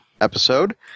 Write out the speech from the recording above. episode